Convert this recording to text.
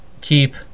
keep